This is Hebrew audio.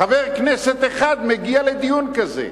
חבר כנסת אחד מגיע לדיון כזה.